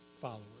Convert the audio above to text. followers